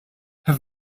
have